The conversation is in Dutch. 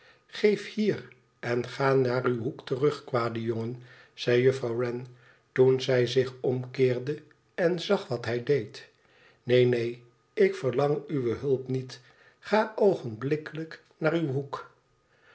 geef hier en ga naar uw hoek terug kwade jongen zei juffrouw wren toen zij zich omkeerde en zag wat hij deed neen neen ik verlang uwe hulp niet ga ooenblikkelijk naar uw hoek